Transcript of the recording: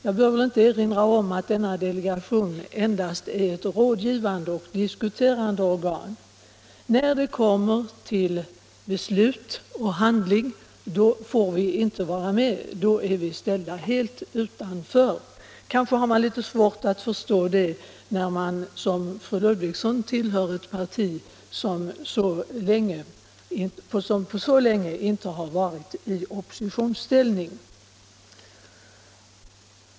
Jag behöver väl inte erinra om att denna delegation endast är ett rådgivande och diskuterande organ. När det kommer till beslut och handling får vi inte vara med, då är vi ställda helt utanför. Kanske har man litet svårt att förstå det när man som fru Ludvigsson tillhör ett parti som på länge inte har varit i oppositionsställning.